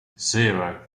zero